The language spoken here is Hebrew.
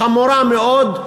חמורה מאוד,